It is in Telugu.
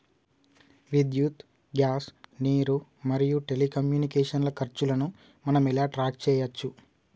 విద్యుత్ గ్యాస్ నీరు మరియు టెలికమ్యూనికేషన్ల ఖర్చులను మనం ఎలా ట్రాక్ చేయచ్చు?